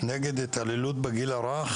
הילד בגיל הרך.